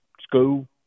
school